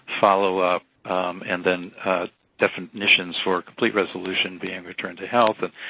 follow-up, and then definitions for a complete resolution being returned to health. and,